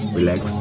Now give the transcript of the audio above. relax